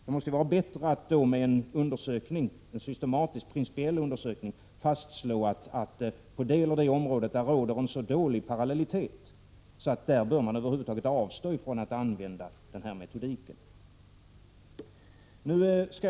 Det måste ju vara bättre att med en systematisk och principiell undersökning fastslå att det på det ena eller andra området råder en så dålig parallellitet att man där bör avstå från att använda den här metodiken.